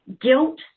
guilt